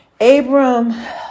Abram